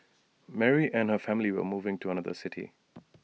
Mary and her family were moving to another city